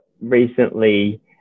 recently